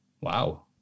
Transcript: wow